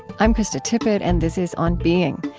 i'm krista tippett, and this is on being.